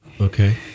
Okay